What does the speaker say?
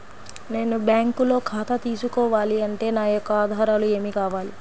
నేను బ్యాంకులో ఖాతా తీసుకోవాలి అంటే నా యొక్క ఆధారాలు ఏమి కావాలి?